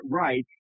right